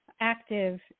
active